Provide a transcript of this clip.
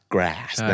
Grass